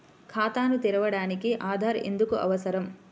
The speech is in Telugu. ఖాతాను తెరవడానికి ఆధార్ ఎందుకు అవసరం?